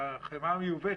והחמאה המיובאת,